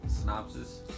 synopsis